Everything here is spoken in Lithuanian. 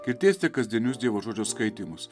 girdėsite kasdienius dievo žodžio skaitymus